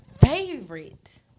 favorite